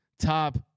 top